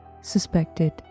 suspected